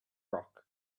rock